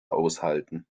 aushalten